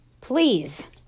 Please